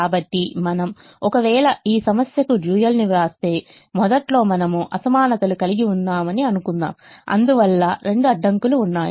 కాబట్టిఒకవేళ మనము ఈ సమస్యకు డ్యూయల్ను వ్రాస్తే మొదట్లో మనము అసమానతలు కలిగి ఉన్నామని అనుకుందాం అందువల్ల రెండు అడ్డంకులు ఉన్నాయి